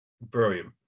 brilliant